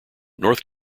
north